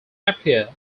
appear